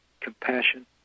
compassion